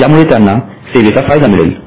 ज्यामुळे त्यांना सेवेचा फायदा मिळेल